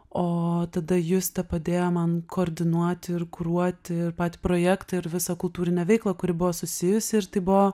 o tada justė padėjo man koordinuoti ir kuruoti ir patį projektą ir visą kultūrinę veiklą kuri buvo susijusi ir tai buvo